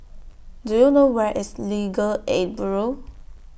Do YOU know Where IS Legal Aid Bureau